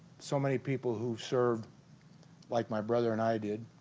so many people who served like my brother and i did